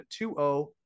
2-0